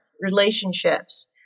relationships